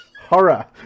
Horror